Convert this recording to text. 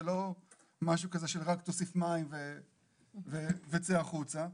זה לא משהו כזה של רק תוסיף מים וצא החוצה.